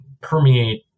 permeate